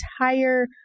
entire